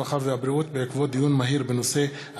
הרווחה והבריאות בעקבות דיון מהיר בהצעת חברי הכנסת יוליה מלינובסקי,